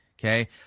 Okay